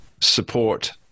support